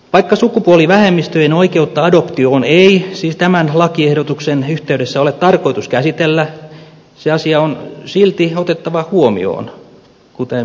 vaikka sukupuolivähemmistöjen oikeutta adoptioon ei siis tämän lakiehdotuksen yhteydessä ole tarkoitus käsitellä se asia on silti otettava huomioon kuten ministerin puheenvuorosta voitiin todeta